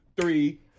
three